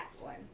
one